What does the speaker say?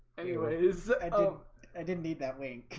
anyways i didn't need that wing